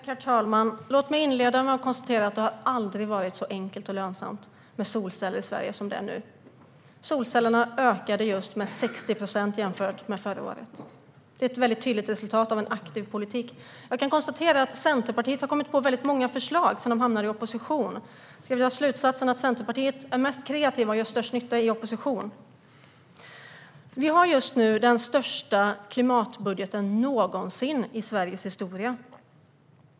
Herr talman! Låt mig inleda med att konstatera att det aldrig har varit så enkelt och lönsamt med solceller i Sverige som det är nu. Solcellerna ökade med 60 procent jämfört med förra året. Det är ett tydligt resultat av en aktiv politik. Jag kan konstatera att Centerpartiet har kommit på väldigt många förslag sedan man hamnade i opposition. Jag skulle vilja dra slutsatsen att Centerpartiet är mest kreativt och gör störst nytta i opposition. Vi har nu den största klimatbudgeten någonsin i Sveriges historia.